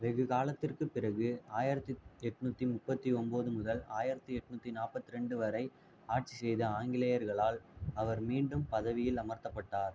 வெகு காலத்திற்கு பிறகு ஆயிரத்தி எண்நூத்தி முப்பத்தி ஒம்போது முதல் ஆயிரத்தி எண்நூத்தி நாற்பத்ரெண்டு வரை ஆட்சி செய்த ஆங்கிலேயர்களால் அவர் மீண்டும் பதவியில் அமர்த்தப்பட்டார்